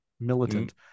militant